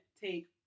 take